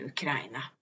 Ukraina